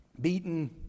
beaten